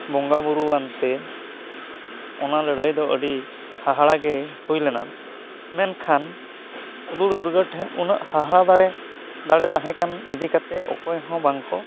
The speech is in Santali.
ᱵᱚᱸᱜᱟᱼᱵᱩᱨᱩ ᱟᱱᱛᱮ ᱚᱱᱟ ᱞᱟᱹᱲᱦᱟᱹᱭ ᱫᱚ ᱟᱹᱰᱤ ᱦᱟᱦᱟᱲᱟ ᱜᱮ ᱦᱩᱭ ᱞᱮᱱᱟ ᱢᱮᱱᱠᱷᱟᱱ ᱦᱩᱫᱩᱲ ᱫᱩᱨᱜᱟᱹ ᱴᱷᱮᱱ ᱩᱱᱟᱹᱜ ᱦᱟᱦᱟᱲᱟᱜ ᱫᱟᱲᱮ ᱛᱟᱦᱮᱸ ᱠᱟᱱ ᱤᱫᱤ ᱠᱟᱛᱮᱫ ᱚᱠᱚᱭ ᱦᱚᱸ ᱵᱟᱝᱠᱚ